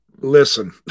listen